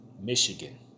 michigan